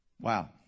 Wow